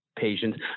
patients